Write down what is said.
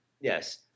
Yes